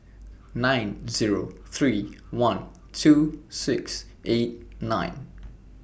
nine Zero three one two six eight nine